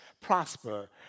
prosper